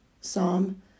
Psalm